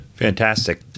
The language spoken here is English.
Fantastic